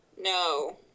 No